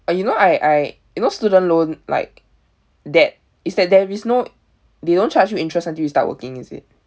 oh you know I I you know student loan like that is that there is no they don't charge you interest until you start working is it